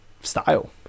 style